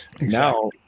now